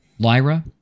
Lyra